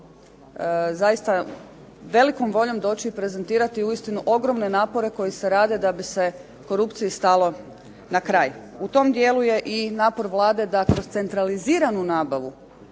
zaista velikom voljom doći i prezentirati uistinu velike napore koji se rade da bi se korupciji stalo na kraj. U tom dijelu je i napor Vlade da kroz centraliziranu nabavu